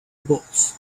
box